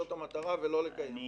זאת המטרה, ולא לקיים אותה.